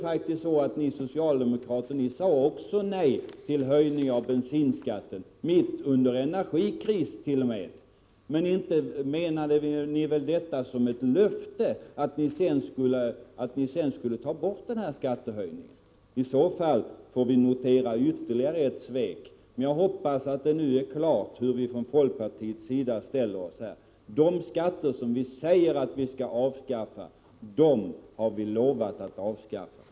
Också ni socialdemokrater sade faktiskt nej till en höjning av bensinskatten — mitt under energikrisen t.o.m. Inte menade ni väl att vi skulle tolka det som ett löfte att ni sedan skulle ta bort denna skattehöjning? I så fall får vi notera ytterligare ett svek. Jag hoppas att det nu är klarlagt hur vi från folkpartiets sida ställer oss i denna fråga. De skatter som vi säger att vi skall avskaffa, men bara dem, har vi lovat att avskaffa.